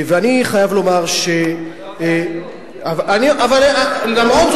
אני חייב לומר, לא זה